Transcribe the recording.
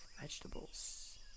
vegetables